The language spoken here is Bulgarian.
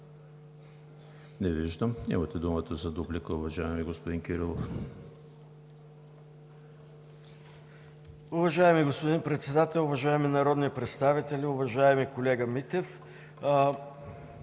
Не виждам. Имате думата за дуплика, уважаеми господин Кирилов.